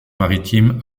maritimes